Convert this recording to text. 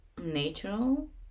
natural